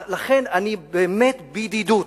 לכן אני אומר בידידות,